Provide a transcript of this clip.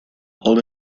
held